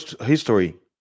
history